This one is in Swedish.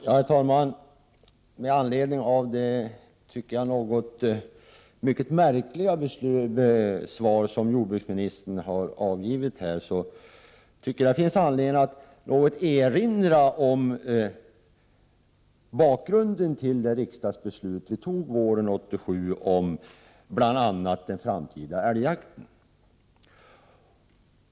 Herr talman! Med anledning av det mycket märkliga svar som jordbruksministern här har lämnat tycker jag att det finns anledning att något erinra om bakgrunden till det riksdagsbeslut som vi fattade våren 1987 om bl.a. den framtida älgjakten.